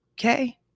Okay